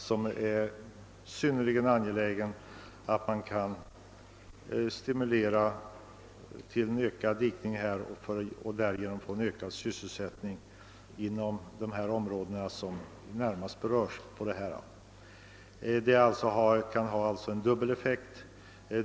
Det är synnerligen angeläget att stimulera till ökad dikning och därigenom åstadkomma ökad sysselsättning inom de områden som närmast berörs. Åtgärden får alltså dubbel effekt.